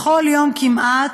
בכל יום, כמעט,